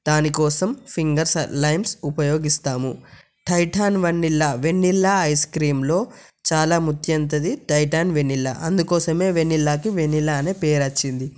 దానికోసం fingers limes ఉపయోగిస్తాము Tahitian vanilla vanilla ice క్రీమ్లో చాలా ముత్యంతతి టైటాన్ వెన్నీల్ల అందుకోసమే వెన్నీలకి వెన్నీల అనే పేరు వచ్చింది